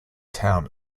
town